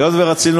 היות שרצינו